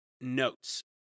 Notes